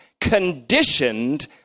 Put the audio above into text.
conditioned